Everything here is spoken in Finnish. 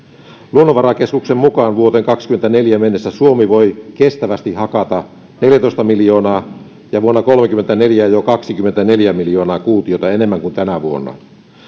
luonnonvarakeskuksen mukaan vuoteen kahdessakymmenessäneljässä mennessä suomi voi kestävästi hakata neljätoista miljoonaa ja vuonna kolmekymmentäneljä jo kaksikymmentäneljä miljoonaa kuutiota enemmän kuin tänä vuonna